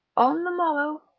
on the morrow,